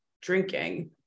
drinking